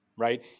Right